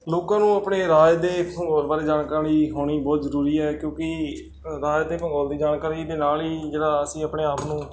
ਲੋਕਾਂ ਨੂੰ ਆਪਣੇ ਰਾਜ ਦੇ ਭੂਗੋਲ ਬਾਰੇ ਜਾਣਕਾਰੀ ਹੋਣੀ ਬਹੁਤ ਜ਼ਰੂਰੀ ਹੈ ਕਿਉਂਕਿ ਰਾਜ ਦੇ ਭੂਗੋਲ ਦੀ ਜਾਣਕਾਰੀ ਦੇ ਨਾਲ ਹੀ ਜਿਹੜਾ ਅਸੀਂ ਆਪਣੇ ਆਪ ਨੂੰ